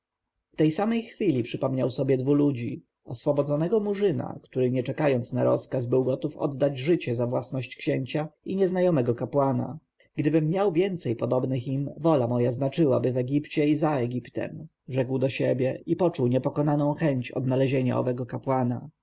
tej samej chwili przypomniał sobie dwu ludzi oswobodzonego murzyna który nie czekając na rozkaz był gotów oddać życie za własność księcia i nieznajomego kapłana gdybym miał więcej podobnych im wola moja znaczyłaby w egipcie i za egiptem rzekł do siebie i poczuł niepokonaną chęć odnalezienia owego kapłana